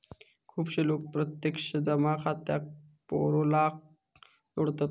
खुपशे लोक प्रत्यक्ष जमा खात्याक पेरोलाक जोडतत